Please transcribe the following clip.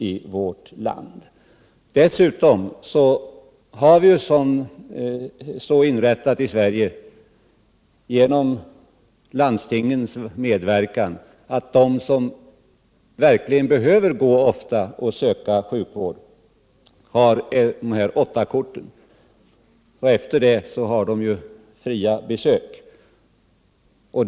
Dessutom har ju de som verkligen ofta behöver söka sjukvård genom landstingens medverkan möjlighet att utnyttja det s.k. åttakortet, som innebär att patientavgifter inte uttas för fler än åtta läkarbesök.